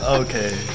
okay